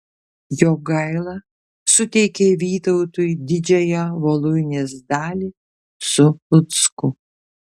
jogaila suteikė vytautui didžiąją voluinės dalį su lucku